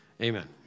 Amen